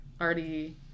already